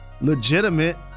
legitimate